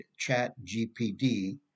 ChatGPD